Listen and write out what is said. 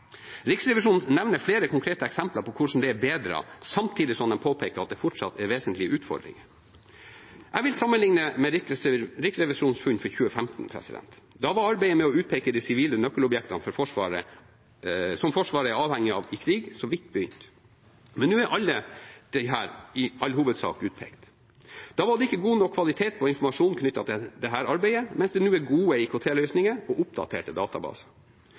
Riksrevisjonen nevner flere konkrete eksempler på hvordan det er bedret, samtidig som de påpeker at det fortsatt er vesentlige utfordringer. Jeg vil sammenligne med Riksrevisjonens funn for 2015. Da var arbeidet med å utpeke de sivile nøkkelobjektene for Forsvaret, som Forsvaret er avhengig av i krig, så vidt begynt. Men nå er alle disse i all hovedsak utpekt. Da var det ikke god nok kvalitet på informasjonen knyttet til dette arbeidet, mens det nå er gode IKT-løsninger og oppdaterte databaser.